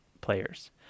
players